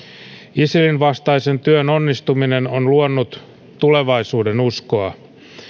isilin vastaisen työn onnistuminen on luonut tulevaisuudenuskoa